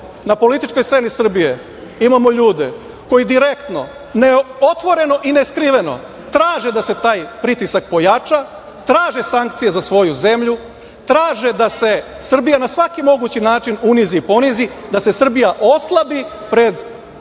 na političkoj sceni Srbije imamo ljude koji direktno, otvoreno i neskriveno traže da se taj pritisak pojača, traže sankcije za svoju zemlju, traže da se Srbija na svaki mogući način unizi i ponizi, da se Srbija oslabi pred veoma